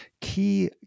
key